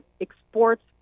exports